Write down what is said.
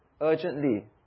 urgently